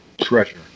treasure